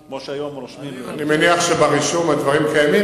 אני מניח שברישום הדברים קיימים,